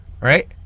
right